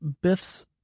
Biff's